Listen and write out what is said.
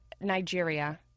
Nigeria